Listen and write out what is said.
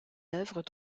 œuvres